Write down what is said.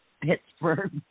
Pittsburgh